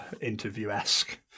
interview-esque